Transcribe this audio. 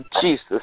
Jesus